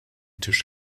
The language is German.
tisch